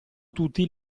tutti